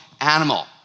animal